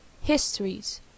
Histories